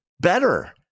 Better